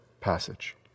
passage